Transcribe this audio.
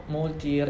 molti